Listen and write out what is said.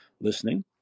listening